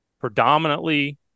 predominantly